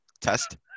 Test